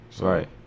Right